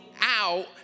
out